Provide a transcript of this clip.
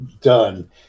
done